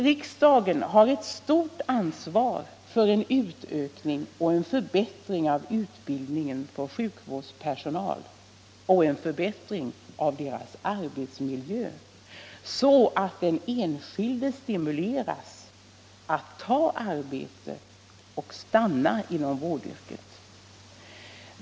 Riksdagen har ett stort ansvar för en utökning och förbättring av utbildningen för sjukvårdspersonalen och en förbättring av deras arbetsmiljö, så att den enskilde stimuleras att ta arbete och stanna inom vårdyrket.